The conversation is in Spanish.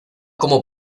como